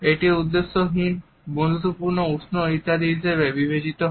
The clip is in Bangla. এটি উদ্দেশ্যহীন উষ্ণ বন্ধুত্বপূর্ণ ইত্যাদি হিসেবে বিবেচিত হয়